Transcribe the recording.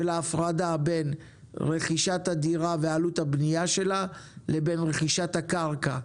של הפרדה בין רכישת הדירה ועלות הבנייה שלה לבין רכישת הקרקע.